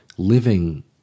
Living